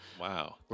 wow